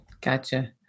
Gotcha